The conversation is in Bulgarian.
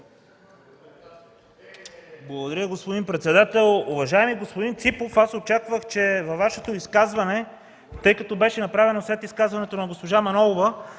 Благодаря, господин председател. Уважаеми господин Ципов, очаквах, че във Вашето изказване, тъй като беше направено след изказването на госпожа Манолова,